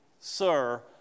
sir